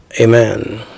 Amen